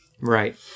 Right